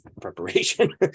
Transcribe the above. preparation